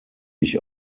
ich